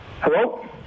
Hello